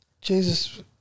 Jesus